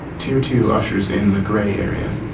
tier two ushers in the grey area.